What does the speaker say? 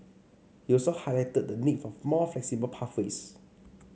he also highlighted the need for more flexible pathways